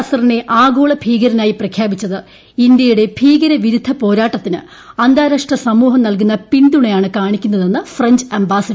മസൂദ് അസറിനെ ആഗോള ഭീകരനായി പ്രഖ്യാപിച്ചത് ഇന്തൃയുടെ ഭീകര വിരുദ്ധ പോരാട്ടത്തിന് അന്താരാഷ്ട്ര സമൂഹം നൽകുന്ന പിന്തുണയാണ് കാണിക്കുന്നതെന്ന് ഫ്രഞ്ച് അംബാസിഡർ